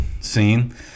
scene